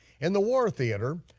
in the war theater,